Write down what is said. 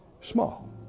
small